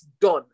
done